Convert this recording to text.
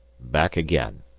back again,